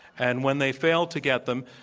and when they fail to get them,